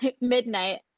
midnight